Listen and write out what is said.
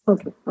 Okay